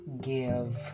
give